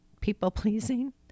people-pleasing